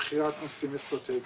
ובחירת נושאים אסטרטגיים.